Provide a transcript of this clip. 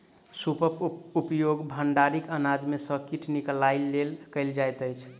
सूपक उपयोग भंडारित अनाज में सॅ कीट निकालय लेल कयल जाइत अछि